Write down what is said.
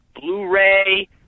Blu-ray